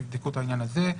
תבדקו את העניין הזה.